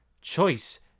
choice